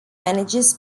manages